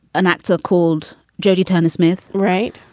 an actor called jodie tony smith right.